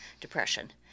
depression